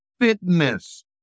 fitness